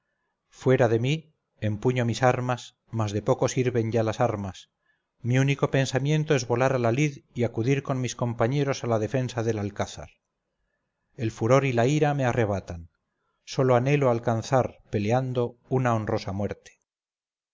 fuera de mi empuño mis armas mas de poco sirven ya las armas mi único pensamiento es volar a la lid y acudir con mis compañeros a la defensa del alcázar el furor y la ira me arrebatan sólo anhelo alcanzar peleando una honrosa muerte